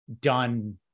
done